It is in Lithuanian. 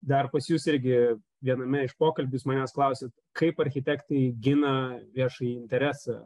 dar pas jus irgi viename iš pokalbių jūs manęs klausėt kaip architektai gina viešąjį interesą